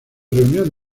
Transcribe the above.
reunión